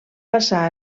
passar